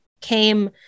came